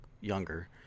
younger